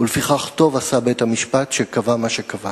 ולפיכך טוב עשה בית-המשפט שקבע מה שקבע.